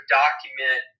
document